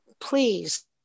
please